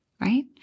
right